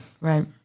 right